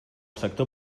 sector